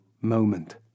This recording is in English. moment